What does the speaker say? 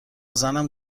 زنم